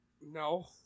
No